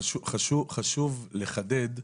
חשוב לחדד,